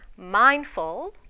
mindful